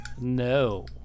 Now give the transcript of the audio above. No